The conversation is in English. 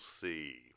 see